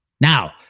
Now